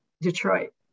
Detroit